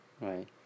right